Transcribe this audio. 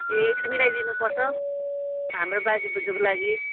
ए त्यो चाहिँ मिलाइदिनुपर्छ हाम्रो बाजे बोजूकोलागि